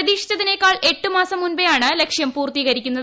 പ്രതീക്ഷിച്ചതിനെക്കാൾ എട്ട് മാസം മുന്നേയാണ് ലക്ഷ്യം പൂർത്തീകരിക്കുന്നത്